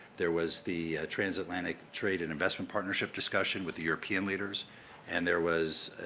there was the transatlantic trade and investment partnership discussion with the european leaders and there was